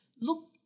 look